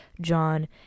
john